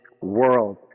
world